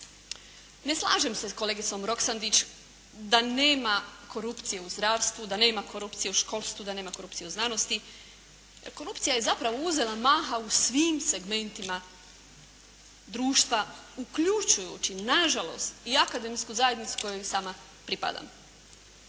Ne slažem se s kolegicom Roksandić da nema korupcije u zdravstvu, da nema korupcije u školstvu, da nema korupcije u znanosti. Korupcija je zapravo uzela maha u svim segmentima društva, uključujući nažalost i akademsku zajednicu kojoj sama pripadam.